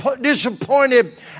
disappointed